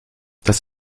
das